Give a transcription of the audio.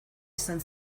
izan